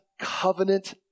covenant